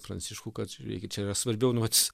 pranciškų kad žiūrėkit čia yra svarbiau nu vat